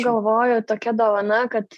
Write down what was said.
galvoju tokia dovana kad